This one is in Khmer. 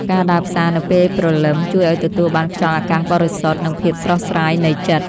ការដើរផ្សារនៅពេលព្រលឹមជួយឱ្យទទួលបានខ្យល់អាកាសបរិសុទ្ធ និងភាពស្រស់ស្រាយនៃចិត្ត។